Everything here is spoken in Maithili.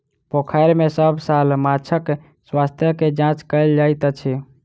पोखैर में सभ साल माँछक स्वास्थ्य के जांच कएल जाइत अछि